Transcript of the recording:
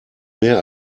mehr